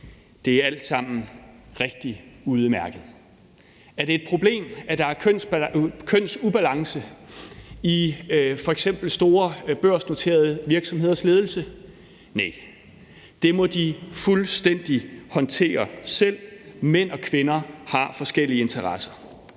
Det er alt sammen rigtig udmærket. Er det et problem, at der er kønsubalance i f.eks. store børsnoterede virksomheders ledelse? Næh. Det må de fuldstændig selv håndtere. Mænd og kvinder har forskellige interesser.